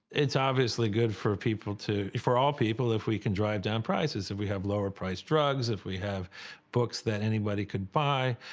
it's obviously good for people to. for all people if we can drive down prices, if we have lower-priced drugs, if we have books that anybody could buy.